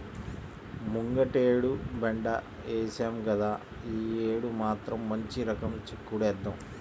ముంగటేడు బెండ ఏశాం గదా, యీ యేడు మాత్రం మంచి రకం చిక్కుడేద్దాం